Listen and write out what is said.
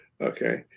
Okay